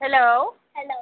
hello